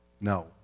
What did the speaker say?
No